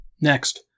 Next